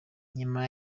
nyuma